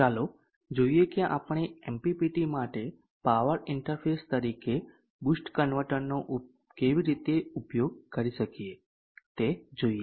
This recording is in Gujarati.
ચાલો જોઈએ કે આપણે MPPT માટે પાવર ઇન્ટરફેસ તરીકે બૂસ્ટ કન્વર્ટરનો કેવી રીતે ઉપયોગ કરી શકીએ તે જોઈએ